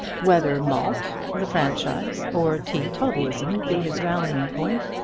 whether malt, the franchise, or teetotalism be his rallying point,